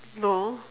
no